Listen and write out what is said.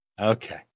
Okay